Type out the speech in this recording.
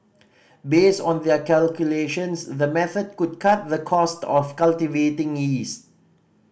based on their calculations the method could cut the cost of cultivating yeast